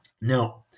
now